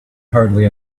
hardly